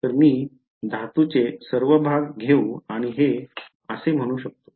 तर मी धातूचे सर्व भाग घेऊ आणि हे असे म्हणू शकतो